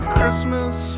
Christmas